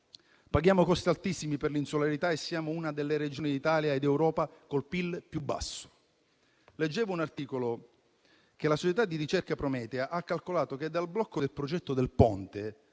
Paghiamo costi altissimi per l'insularità e siamo una delle Regioni d'Italia e d'Europa con il PIL più basso. Leggevo un articolo in cui si diceva che la società di ricerca Prometeia ha calcolato che dal blocco del progetto del Ponte